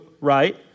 right